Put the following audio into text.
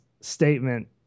statement